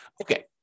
Okay